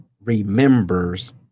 remembers